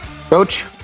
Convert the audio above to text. Coach